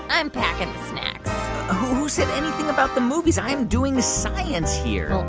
i'm packing the snacks who said anything about the movies? i'm doing science here